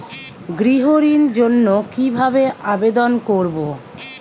গৃহ ঋণ জন্য কি ভাবে আবেদন করব?